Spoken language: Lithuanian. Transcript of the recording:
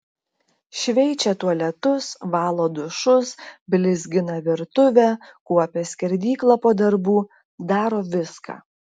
šveičia tualetus valo dušus blizgina virtuvę kuopia skerdyklą po darbų daro viską